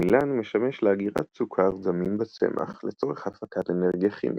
עמילן משמש לאגירת סוכר זמין בצמח לצורך הפקת אנרגיה כימית.